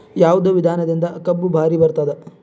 ಯಾವದ ವಿಧಾನದಿಂದ ಕಬ್ಬು ಭಾರಿ ಬರತ್ತಾದ?